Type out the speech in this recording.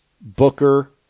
Booker